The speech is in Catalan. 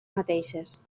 mateixes